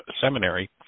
seminary